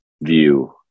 view